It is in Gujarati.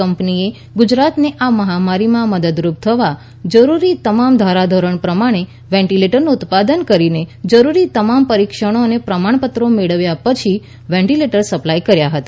કંપનીએ ગુજરાતને આ મહામારીમાં મદદરૂપ થવા જરૂરી તમામ ધારાધોરણો પ્રમાણે વેન્ટિલેટરનું ઉત્પાદન કરીને જરૂરી તમામ પરીક્ષણો અને પ્રમાણપત્રો મેળવ્યા પછી વેન્ટિલેટર સપ્લાય કર્યા હતા